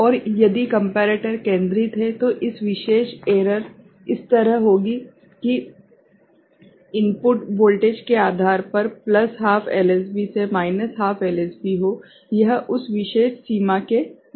और यदि कम्पेरेटर केंद्रित है तो यह विशेष एरर इस तरह होगी कि इनपुट वोल्टेज के आधार पर प्लस हाफ एलएसबी से माइनस हाफ एलएसबी हो यह उस विशेष सीमा के भीतर होगा